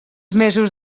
mesos